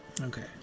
Okay